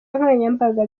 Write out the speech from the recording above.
nkoranyambaga